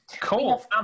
Cool